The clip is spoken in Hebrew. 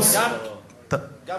אתמול שמענו את שטייניץ, חבל על הזמן.